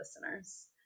listeners